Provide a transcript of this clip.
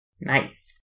Nice